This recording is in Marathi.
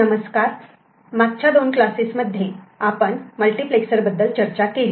नमस्कार मागच्या दोन क्लासेस मध्ये आपण मल्टिप्लेक्सर बद्दल चर्चा केली